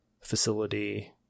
facility